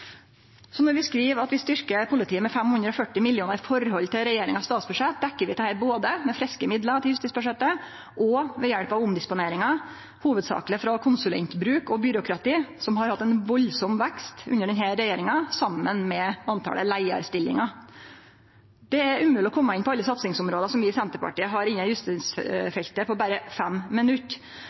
540 mill. kr i forhold til regjeringas statsbudsjett, dekkjer vi dette både med friske midlar til justisbudsjettet og ved hjelp av omdisponeringar, hovudsakleg frå konsulentbruk og byråkrati, som har hatt ein kolossal vekst under denne regjeringa saman med talet på leiarstillingar. Det er umogleg å kome inn på alle satsingsområda som vi i Senterpartiet har innanfor justisfeltet på berre 5 minutt,